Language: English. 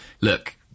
look